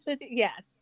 Yes